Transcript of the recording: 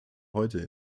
heute